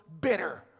bitter